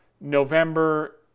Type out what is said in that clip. november